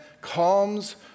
calms